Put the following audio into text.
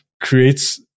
creates